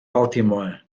baltimore